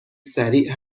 سریع